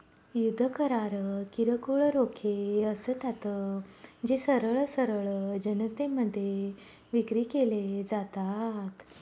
युद्ध करार किरकोळ रोखे असतात, जे सरळ सरळ जनतेमध्ये विक्री केले जातात